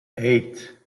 eight